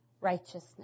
righteousness